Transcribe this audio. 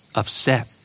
upset